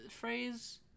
phrase